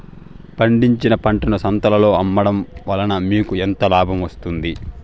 పండించిన పంటను సంతలలో అమ్మడం వలన మీకు ఎంత లాభం వస్తుంది?